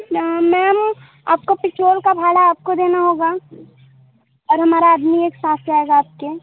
आ ma'am आपको petrol का भाड़ा आपको देना होगा और हमारा आदमी एक साथ जाएगा आपके